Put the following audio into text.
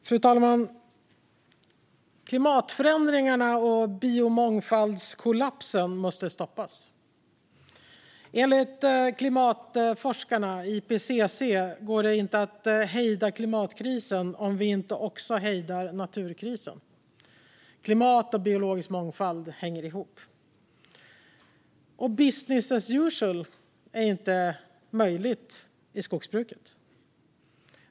Fru talman! Klimatförändringarna och biomångfaldskollapsen måste stoppas. Enligt klimatforskarna IPCC går det inte att hejda klimatkrisen om vi inte också hejdar naturkrisen. Klimat och biologisk mångfald hänger ihop. Business as usual är inte möjligt i skogsbruket.